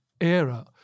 era